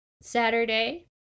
saturday